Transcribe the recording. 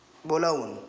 बोलावून